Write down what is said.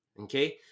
okay